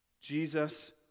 Jesus